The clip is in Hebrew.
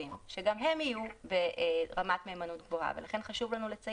שגם הן יהיו ברמת מהימנות גבוהה,